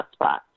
hotspots